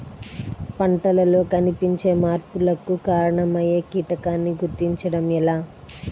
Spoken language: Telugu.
పంటలలో కనిపించే మార్పులకు కారణమయ్యే కీటకాన్ని గుర్తుంచటం ఎలా?